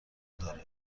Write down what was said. داره